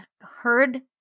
heard